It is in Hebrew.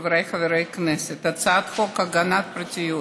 חבריי חברי הכנסת, הצעת חוק הגנת הפרטיות